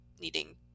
needing